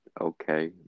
Okay